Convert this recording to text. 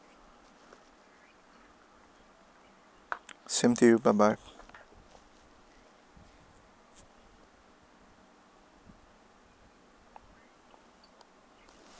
same to you bye bye